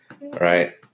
Right